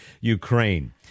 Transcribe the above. ukraine